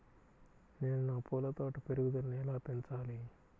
నేను నా పూల తోట పెరుగుదలను ఎలా పెంచాలి?